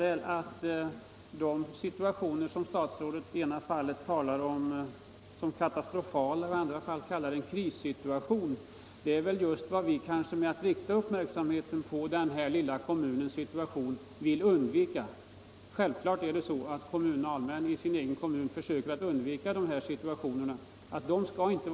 Sådana situationer som statsrådet i det ena fallet talar om som katastrofala och i det andra fallet kallar krissituationer är vad vi genom att rikta uppmärksamheten på denna lilla kommuns situation vill undvika. Naturligtvis försöker kommunalmännen förebygga sådana situationer i sin kommun.